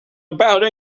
about